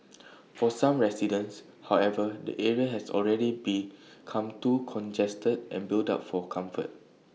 for some residents however the area has already be come too congested and built up for comfort